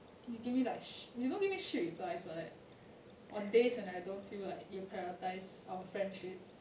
you give me like you don't give me shit replies but like on days when I don't feel like you prioritize our friendship